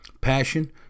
passion